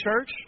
church